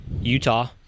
utah